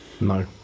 No